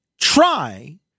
Try